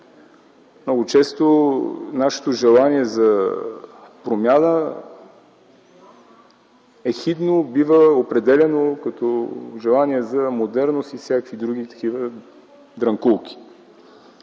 Много често нашето желание за промяна ехидно бива определяно като желание за модерност и всякакви други такива дрънкулки.